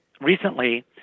recently